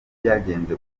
byagenze